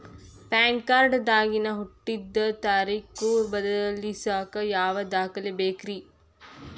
PAN card ದಾಗಿನ ಹುಟ್ಟಿದ ತಾರೇಖು ಬದಲಿಸಾಕ್ ಯಾವ ದಾಖಲೆ ಬೇಕ್ರಿ?